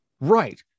Right